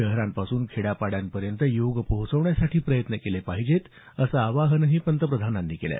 शहरांपासून खेड्या पाड्यांपर्यंत योग पोहोचवण्यासाठी प्रयत्न केले पाहिजेत असं आवाहनही पंतप्रधानांनी केलं